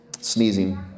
Sneezing